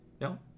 No